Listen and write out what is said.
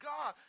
God